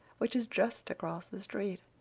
which is just across the street.